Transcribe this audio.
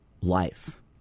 life